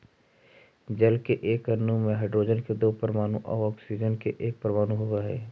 जल के एक अणु में हाइड्रोजन के दो परमाणु आउ ऑक्सीजन के एक परमाणु होवऽ हई